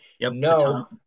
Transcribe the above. No